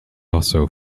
also